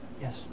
Yes